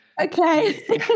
Okay